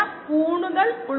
303 എന്ന ഘടകം ഉണ്ട്